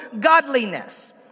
godliness